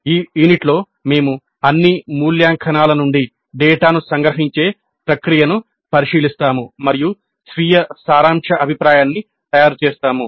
ఈ యూనిట్లో మేము అన్ని మూల్యాంకనాల నుండి డేటాను సంగ్రహించే ప్రక్రియను పరిశీలిస్తాము మరియు స్వీయ సారాంశ అభిప్రాయాన్ని తయారుచేస్తాము